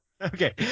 okay